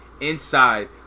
inside